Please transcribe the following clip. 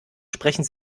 sprechen